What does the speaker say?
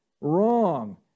wrong